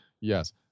yes